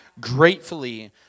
Gratefully